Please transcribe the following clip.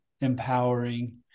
empowering